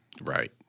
right